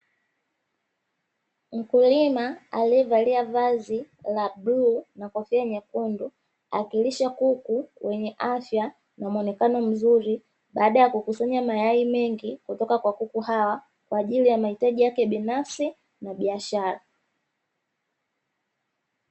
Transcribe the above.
Mkulima aliyevalia vazi la bluu na kofia nyekundu, akilisha kuku wenye afya na muonekano mzuri, baada ya kukusanya mayai mengi kutoka kwa kuku hawa; kwa ajili ya mahitaji yake binafsi na biashara.